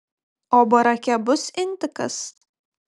o barake bus intikas